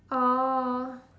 oh